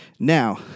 Now